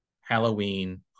Halloween